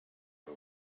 out